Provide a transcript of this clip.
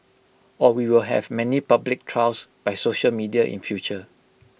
or we will have many public trials by social media in future